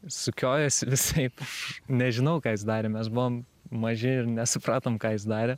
sukiojosi visaip nežinau ką jis darė mes buvom maži ir nesupratom ką jis darė